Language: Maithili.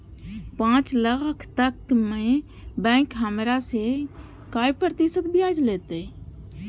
पाँच लाख तक में बैंक हमरा से काय प्रतिशत ब्याज लेते?